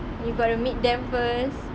you got to meet them first